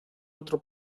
otro